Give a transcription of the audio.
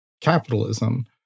capitalism